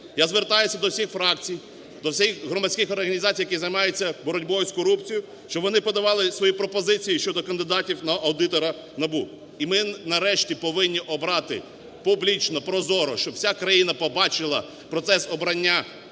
Я звертаюсь до всіх фракцій, до всіх громадських організацій, які займаються боротьбою з корупцією, щоб вони подавали свої пропозиції щодо кандидатів на аудитора НАБУ. І ми, нарешті, повинні обрати публічно, прозоро, щоб вся країна побачила процес обрання